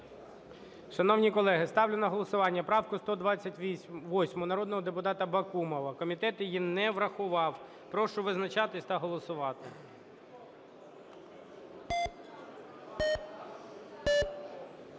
Шановні колеги, ставлю на голосування правку 128 народного депутата Бакумова. Комітет її не врахував. Прошу визначатись та голосувати.